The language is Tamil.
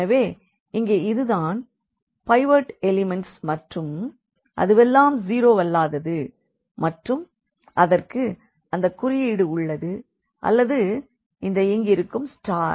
எனவே இங்கே இதுதான் பைவோட் எலிமண்ட்ஸ் மற்றும் அதுவெல்லாம் ஜீரோவல்லாதது மற்றும் அதற்கு அந்த குறியீடு உள்ளது அல்லது இந்த இங்கிருக்கும் ஸ்டார்